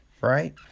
right